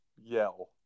yell